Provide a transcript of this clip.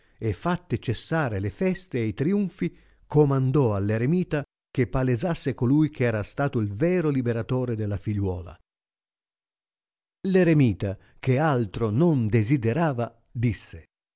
e fatte cessare le feste e i triunfi comandò all eremita che palesasse colui che era stato il vero liberatore della figliuola l eremita che altro non desiderava disse